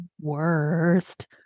worst